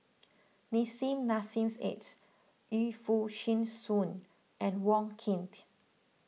Nissim Nassim Adis Yu Foo Yee Shoon and Wong Keen